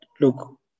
Look